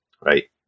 right